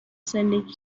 زندگی